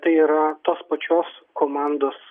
tai yra tos pačios komandos